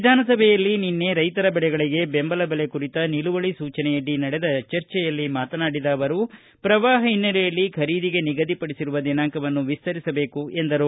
ವಿಧಾನಸಭೆಯಲ್ಲಿ ನಿನ್ನೆ ರೈತರ ಬೆಳೆಗಳಿಗೆ ಬೆಂಬಲ ಬೆಲೆ ಕುರಿತ ನಿಲುವಳಿ ಸೂಚನೆಯಡಿ ನಡೆದ ಚರ್ಚೆಯಲ್ಲಿ ಮಾತನಾಡಿದ ಅವರು ಪ್ರವಾಪ ಹಿನ್ನೆಲೆಯಲ್ಲಿ ಖರೀದಿಗೆ ನಿಗದಿಪಡಿಸಿರುವ ದಿನಾಂಕವನ್ನು ವಿಸ್ತರಿಸಬೇಕು ಎಂದರು